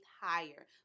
higher